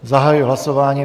Zahajuji hlasování.